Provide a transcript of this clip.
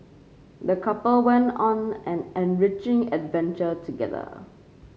the couple went on an enriching adventure together